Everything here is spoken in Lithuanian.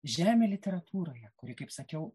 žemė literatūroje kuri kaip sakiau